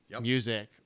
music